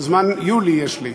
"זמן יולי" יש לי.